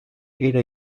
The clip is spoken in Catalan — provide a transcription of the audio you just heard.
era